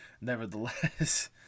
nevertheless